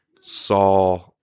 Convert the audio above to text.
saw